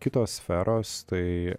kitos sferos tai